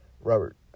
Robert